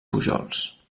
pujols